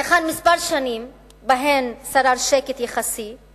לאחר כמה שנים שבהן שרר שקט יחסי,